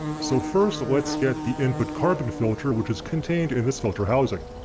so first let's get the input carbon filter which is contained in this filter housing.